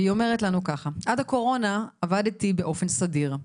והיא אומרת לנו ככה "עד הקורונה עבדתי באופן סדיר,